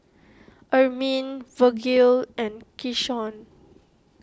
Ermine Vergil and Keshawn